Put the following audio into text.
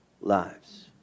lives